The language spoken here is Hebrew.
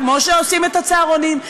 כמו שעושים את הצהרונים,